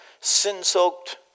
sin-soaked